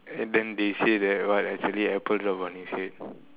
and then they say that what actually apple drop on his head